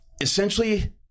Essentially